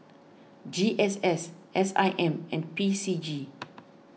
G S S S I M and P C G